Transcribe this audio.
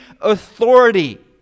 authority